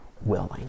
willing